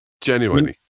genuinely